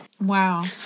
wow